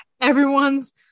everyone's